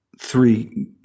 three